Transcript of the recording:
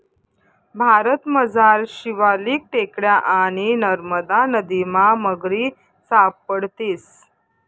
भारतमझार शिवालिक टेकड्या आणि नरमदा नदीमा मगरी सापडतीस